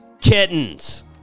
kittens